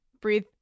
breathe